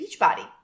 Beachbody